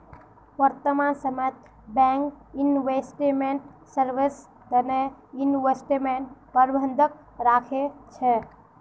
वर्तमान समयत bank investment service तने इन्वेस्टमेंट प्रबंधक राखे छे